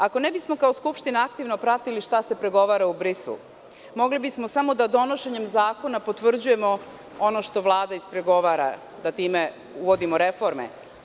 Ako ne bismo kao Skupština aktivno pratili šta se pregovara u Briselu, mogli bismo samo da donošenjem zakona potvrđujemo ono što Vlada ispregovara, da time uvodimo reforme.